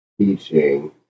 teaching